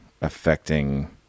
affecting